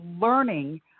learning